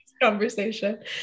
conversation